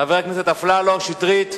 חבר הכנסת אפללו, שטרית,